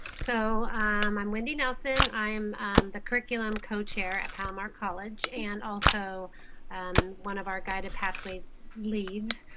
so i'm wendy nelson. i am the curriculum co-chair at palomar college and also um one of our guided pathways leads.